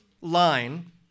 line